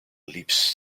leaps